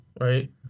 Right